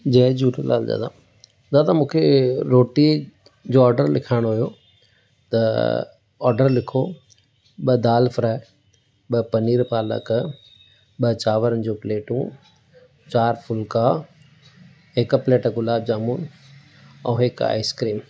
जय झूलेलाल दादा दादा मूंखे रोटी जो ऑडर लिखाइणो हुओ त ऑडर लिखो ॿ दाल फ्राय ॿ पनीर पालक ॿ चांवरनि जूं प्लेटूं चारि फ़ुलका हिक प्लेट गुलाब जामुनि ऐं हिक आइस्क्रीम